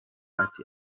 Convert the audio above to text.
ati